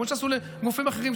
כמו שעשו לגופים אחרים.